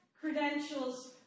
credentials